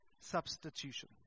substitution